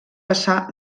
passar